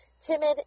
timid